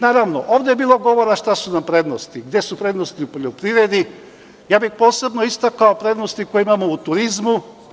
Naravno, ovde je bilo govora šta su nam prednosti, gde su prednosti u poljoprivredi, ja bih posebno istakao prednosti koje imamo u turizmu.